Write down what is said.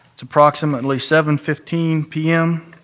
it's approximately seven fifteen p m.